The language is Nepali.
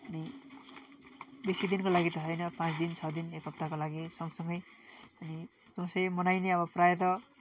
अनि बेसी दिनको लागि त होइन पाँच दिन छ दिन एक हप्ताको लागि सँगसँगै अनि दसैँ मनाइने अब प्रायः त